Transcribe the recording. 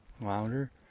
louder